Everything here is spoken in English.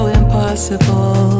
impossible